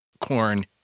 corn